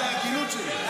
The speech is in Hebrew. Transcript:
בגלל ההגינות שלי.